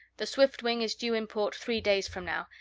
the swiftwing is due in port three days from now,